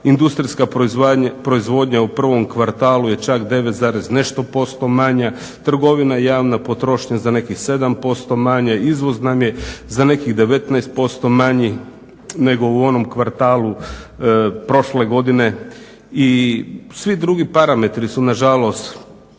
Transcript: Industrijska proizvodnja u prvom kvartalu je čak 9 zarez nešto posto manja. Trgovina i javna potrošnja za nekih 7% manje. Izvoz nam je za nekih 19% manji nego u onom kvartalu prošle godine. I svi drugi parametri su na žalost